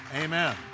amen